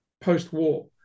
post-war